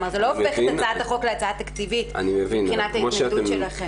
כלומר: זה לא הופך את הצעת החוק להצעה תקציבית מבחינת ההתנגדות שלכם.